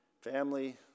family